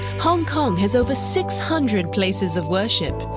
hong kong has over six hundred places of worship,